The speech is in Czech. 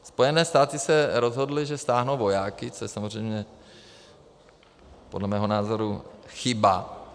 Spojené státy se rozhodly, že stáhnou vojáky, což je samozřejmě podle mého názoru chyba.